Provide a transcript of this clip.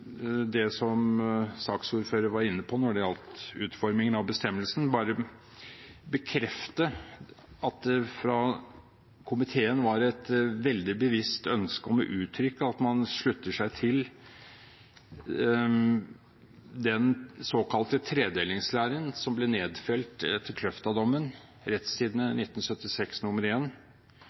det som saksordføreren var inne på når det gjaldt utformingen av bestemmelsen, men bare bekrefte at det fra komiteen var et veldig bevisst ønske om å uttrykke at man slutter seg til den såkalte tredelingslæren, som ble nedfelt etter